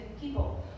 people